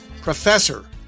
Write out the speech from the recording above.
professor